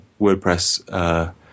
WordPress